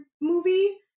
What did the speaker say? movie